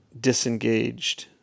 disengaged